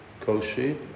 Koshi